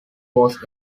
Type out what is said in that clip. was